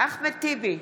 אחמד טיבי,